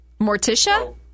Morticia